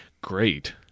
great